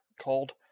called